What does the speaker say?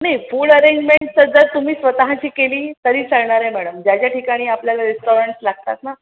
नाही food arrangement स जर तुम्ही स्वतःची केली तरी चालणार आहे मॅडम ज्या ज्या ठिकाणी आपल्याला रेस्टॉरंट्स लागतात ना